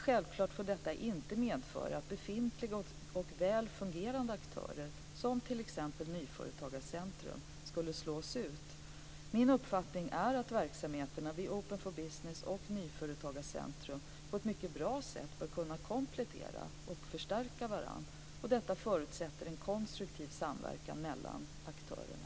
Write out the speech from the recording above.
Självfallet får inte detta medföra att befintliga och väl fungerande aktörer, som t.ex. Nyföretagarcentrum, slås ut. Min uppfattning är att verksamheterna vid OFB och Nyföretagarcentrum på ett bra sätt bör kunna komplettera och förstärka varandra. Detta förutsätter en konstruktiv samverkan mellan aktörerna.